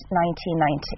1990